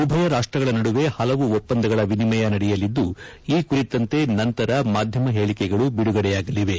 ಉಭಯ ರಾಷ್ಟಗಳ ನಡುವೆ ಹಲವು ಒಪ್ಪಂದಗಳ ವಿನಿಮಯ ನಡೆಯಲಿದ್ದು ಈ ಕುರಿತಂತೆ ನಂತರ ಮಾಧ್ಯಮ ಹೇಳಿಕೆಗಳು ಬಿದುಗಡೆಯಾಗಲಿವೆ